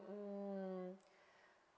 mm